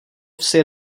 vsi